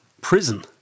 prison